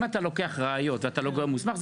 אם אתה לוקח ראיות ואתה לא גורם מוסמך,